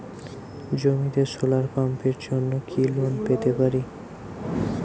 জমিতে সোলার পাম্পের জন্য কি লোন পেতে পারি?